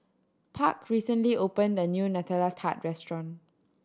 Park recently opened a new Nutella Tart restaurant